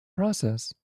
process